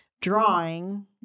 drawing